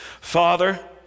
Father